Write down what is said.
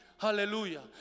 Hallelujah